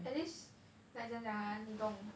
at least like 怎样讲 ah 你懂